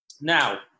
Now